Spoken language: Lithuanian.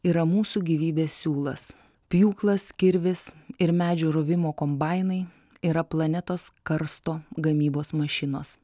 yra mūsų gyvybės siūlas pjūklas kirvis ir medžio rovimo kombainai yra planetos karsto gamybos mašinos